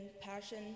passion